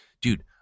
dude